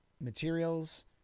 materials